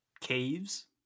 Caves